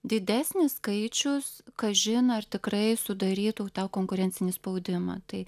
didesnis skaičius kas žino ar tikrai sudarytų tą konkurencinį spaudimą tai